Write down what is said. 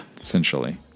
essentially